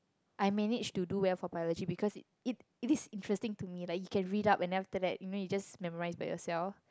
I managed to do well for biology because it it is interesting to me like you can read up and then after that you know you can just memorise by yourself